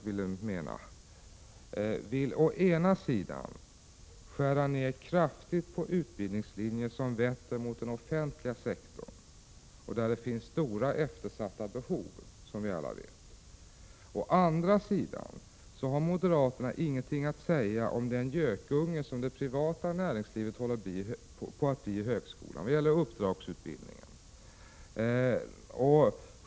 Moderaterna vill å ena sidan skära ned kraftigt på utbildningslinjer som vetter mot den offentliga sektorn. Där finns det, som vi alla vet, stora och eftersatta behov. Å andra sidan har moderaterna ingenting att säga om den gökunge som det privata näringslivet håller på att bli i högskolan vad gäller uppdragsutbildningen.